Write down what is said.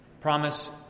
Promise